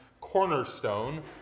cornerstone